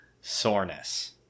soreness